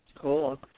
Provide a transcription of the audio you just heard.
Cool